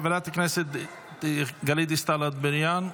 חברת הכנסת גלית דיסטל אטבריאן,